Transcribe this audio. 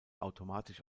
automatisch